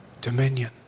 Dominion